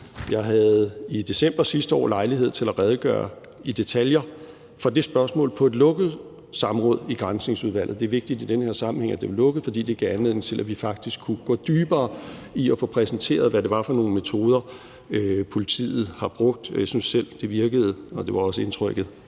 Jeg havde i december sidste år lejlighed til at redegøre i detaljer for det spørgsmål på et lukket samråd i Granskningsudvalget. Det er vigtigt i den her sammenhæng, at det var lukket, fordi det gav anledning til, at vi faktisk kunne gå dybere i at få præsenteret, hvad det var for nogle metoder, politiet har brugt. Jeg synes selv, det virkede, og det var også indtrykket